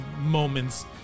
moments